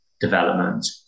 development